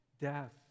Death